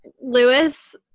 Lewis –